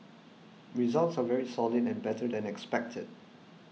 results are very solid and better than expected